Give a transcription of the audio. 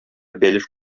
бәлеш